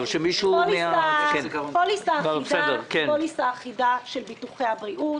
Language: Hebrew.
שלישית, פוליסה אחידה של ביטוחי הבריאות